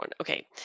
okay